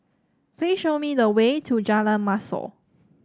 please show me the way to Jalan Mashor